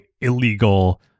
illegal